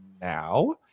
now